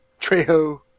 Trejo